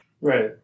Right